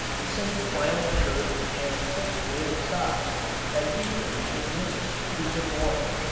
the same flannel shirt and thick woolen socks that he wears in winter to keep him warm.